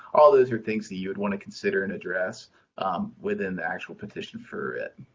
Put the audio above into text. all those are things that you would want to consider and address within the actual petition for a writ.